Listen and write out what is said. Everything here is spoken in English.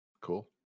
cool